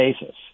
basis